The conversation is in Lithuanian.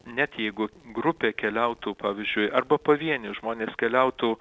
net jeigu grupė keliautų pavyzdžiui arba pavieniai žmonės keliautų